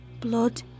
Blood